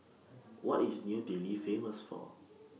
What IS New Delhi Famous For